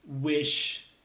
wish